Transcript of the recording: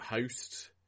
host